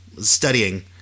studying